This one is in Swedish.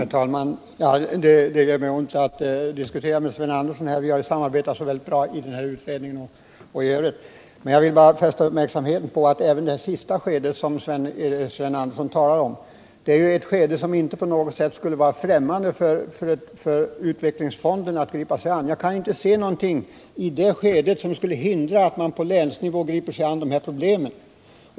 Herr talman! Det gör mig ont att diskutera med Sven Andersson. Vi har samarbetat mycket bra i utredningen och även i övrigt. Men jag vill fästa uppmärksamheten på att det inte på något sätt skulle vara främmande för utvecklingsfonderna att gripa sig an uppgifter i det skede som han här nämner. Jag kan inte se att det finns någonting som hindrar att man på länsnivå tar sig an de problemen.